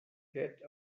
get